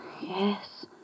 Yes